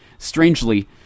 Strangely